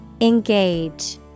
Engage